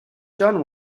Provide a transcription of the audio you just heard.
done